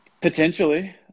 Potentially